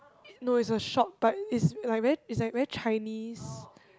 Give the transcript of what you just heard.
no is a shop but is like is like very Chinese